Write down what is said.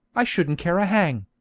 i shouldn't care a hang.